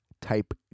type